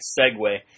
segue